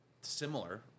similar